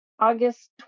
August